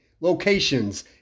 locations